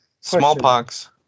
smallpox